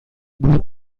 blue